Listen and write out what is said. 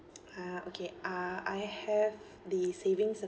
ah okay uh I have the savings